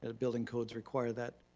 ah building codes require that,